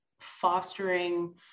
fostering